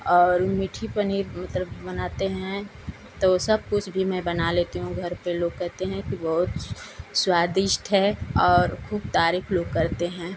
और मीठी पनीर मतलब बनाते हैं तो सब कुछ भी मैं बना लेती हूँ घर पर लोग कहेते हैं कि बहुत स्वादिष्ट है और खूब तारीफ़ लोग करते हैं